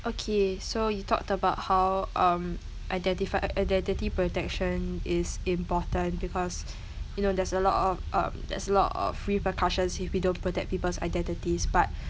okay so you talked about how um identifi~ identity protection is important because you know there's a lot of um there's a lot of repercussions if we don't protect people's identities but